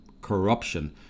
corruption